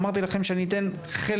אמרתי לכם שאני אתן חלק,